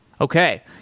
Okay